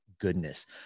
goodness